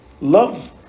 love